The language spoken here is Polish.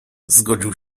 zgodził